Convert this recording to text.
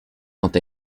quant